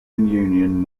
union